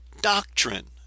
Doctrine